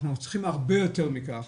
אנחנו צריכים הרבה יותר מכך.